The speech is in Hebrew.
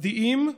מצדיעים ומגבים.